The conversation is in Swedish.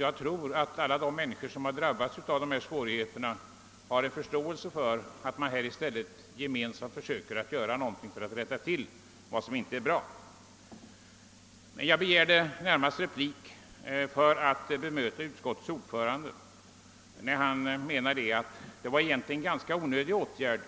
Jag tror att alla de människor som drabbats av dessa svårigheter har förståelse för att man här i stället gemensamt försöker göra något för att rätta till vad som inte är bra. Jag begärde närmast replik för att bemöta utskottets ordförande, som ansåg att det egentligen var en ganska onödig åtgärd